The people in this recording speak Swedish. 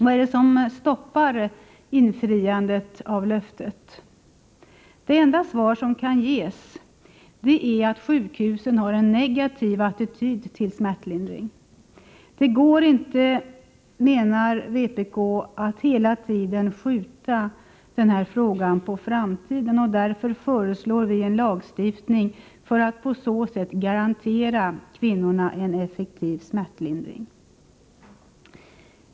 Vad är det som stoppar infriandet av löftet? Det enda svar som kan ges är att sjukhusen har en negativ attityd till smärtlindring. Det går inte, menar vpk, att hela tiden skjuta denna fråga på framtiden. Därför föreslår vi en lagstiftning för att på så sätt garantera kvinnorna en effektiv smärtlindring.